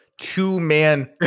Two-man